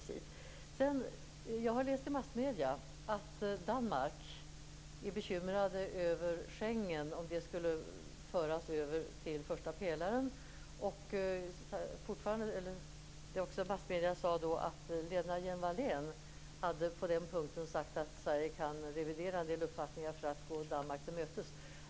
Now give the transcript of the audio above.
Sedan har jag i massmedier läst att Danmark är bekymrat för att Schengen skall föras över till första pelaren. Lena Hjelm-Wallén har på den punkten sagt - fortfarande enligt massmedierna - att Sverige kan revidera en del uppfattningar för att gå Danmark till mötes.